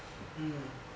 mm